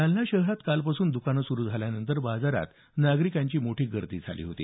जालना शहरात कालपासून दुकानं सुरु झाल्यानंतर बाजारात नागरिकांची मोठी गर्दी झाली होती